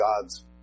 God's